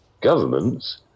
governments